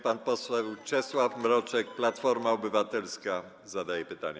Pan poseł Czesław Mroczek, Platforma Obywatelska, zadaje pytanie.